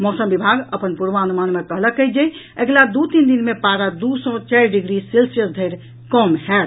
मौसम विभाग अपन पूर्वानुमान मे कहलक अछि जे अगिला दू तीन दिन मे पारा दू सॅ चारि डिग्री सेल्सियस धरि कम होयत